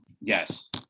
yes